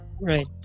Right